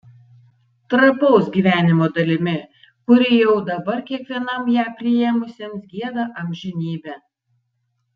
trapaus gyvenimo dalimi kuri jau dabar kiekvienam ją priėmusiam gieda amžinybę